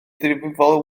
ddifrifol